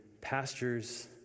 pastures